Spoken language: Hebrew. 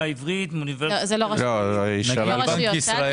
העברית- -- זה לא רשויות.